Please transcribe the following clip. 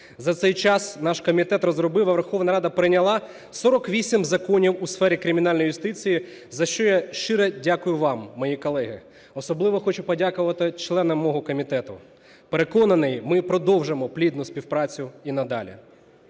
За цей час наш комітет розробив, а Верховна Рада прийняла 48 законів у сфері кримінальної юстиції, за що я щиро дякую вам, мої колеги. Особливо хочу подякувати членам мого комітету. Переконаний, ми продовжимо плідну співпрацю і надалі.